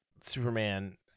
Superman –